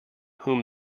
whom